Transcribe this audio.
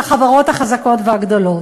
לחברות החזקות והגדולות.